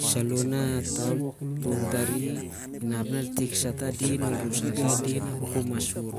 Isaloh na ol tun tari, inap na el tik sah tah din or el ru sah rah din ol iani ap ku masur.